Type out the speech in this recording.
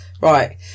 Right